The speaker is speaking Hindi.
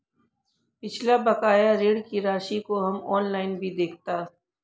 पिछला बकाया ऋण की राशि को हम ऑनलाइन भी देखता